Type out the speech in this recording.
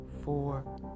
four